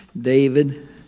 David